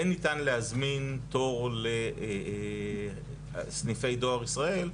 כן ניתן להזמין תור לסניפי דואר ישראל,